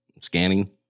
scanning